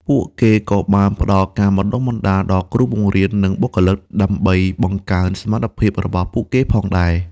ពួកគេក៏បានផ្តល់ការបណ្តុះបណ្តាលដល់គ្រូបង្រៀន និងបុគ្គលិក ដើម្បីបង្កើនសមត្ថភាពរបស់ពួកគេផងដែរ។